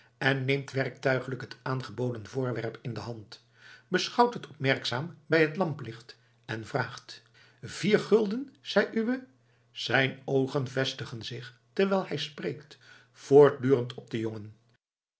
en neemt werktuigelijk het aangeboden voorwerp in de hand beschouwt het opmerkzaam bij het lamplicht en vraagt vier gulden zei uwé zijn oogen vestigen zich terwijl hij spreekt voortdurend op den jongen